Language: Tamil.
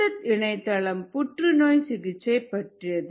இந்த இணையதளம் புற்றுநோய் சிகிச்சை பற்றியது